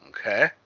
Okay